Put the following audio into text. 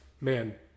man